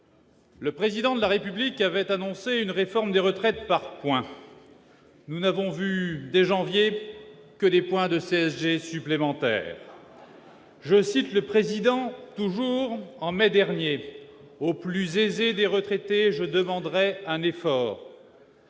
Le président de la République avait annoncé une réforme des retraites par points. Nous n'avons vu dès janvier que les point de CSG supplémentaire. Je cite le président toujours en mai dernier aux plus aisés, les retraités, je demanderai un effort.